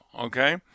okay